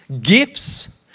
gifts